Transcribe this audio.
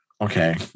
okay